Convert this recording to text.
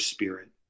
Spirit